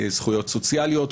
זכויות סוציאליות,